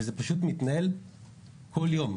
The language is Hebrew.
וזה פשוט מתנהל כל יום,